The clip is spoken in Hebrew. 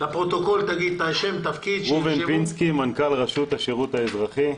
אני מנכ"ל רשות השירות האזרחי.